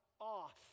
off